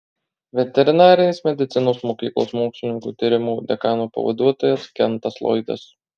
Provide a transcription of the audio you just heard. veterinarinės medicinos mokyklos mokslinių tyrimų dekano pavaduotojas kentas loydas